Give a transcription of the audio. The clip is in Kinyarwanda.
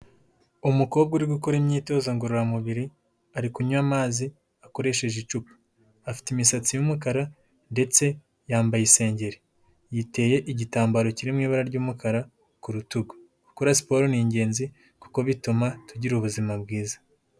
Umukobwa uri gukora imyitozo ngororamubiri, ari kunywa amazi akoresheje icupa, afite imisatsi y'umukara ndetse yambaye isengeri, yiteye igitambaro kiri mu ibara ry'umukara ku rutugu, gukora siporo ni ingenzi kuko bituma tugira ubuzima bwiza.